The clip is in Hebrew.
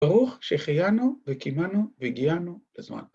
‫ברוך שהחיינו וקיימנו והגיענו לזמן הזה.